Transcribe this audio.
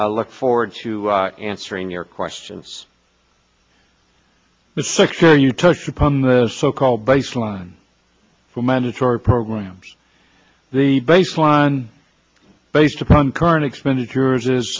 look forward to answering your questions the six you touched upon the so called baseline for mandatory programs the baseline based upon current expenditures is